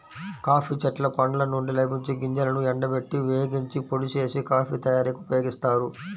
coffee చెట్ల పండ్ల నుండి లభించే గింజలను ఎండబెట్టి, వేగించి, పొడి చేసి, కాఫీ తయారీకి ఉపయోగిస్తారు